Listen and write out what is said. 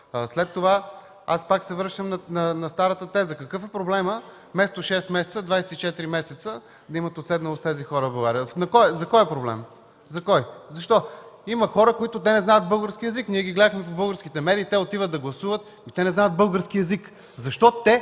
важна роля. Аз пак се връщам на старата теза – какъв е проблемът, и вместо шест месеца, 24 месеца да имат уседналост тези хора в България. За кой е проблем? Защо? Има хора, които не знаят български език. Ние ги гледахме по българските медии – те отиват да гласуват и не знаят български език. Защо те